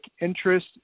interest